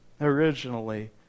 originally